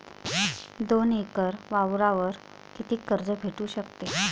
दोन एकर वावरावर कितीक कर्ज भेटू शकते?